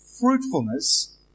fruitfulness